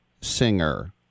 singer